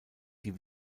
die